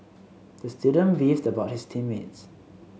the student beefed about his team mates